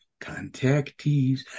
contactees